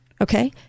okay